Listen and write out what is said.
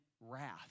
wrath